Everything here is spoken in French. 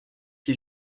qui